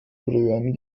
röhren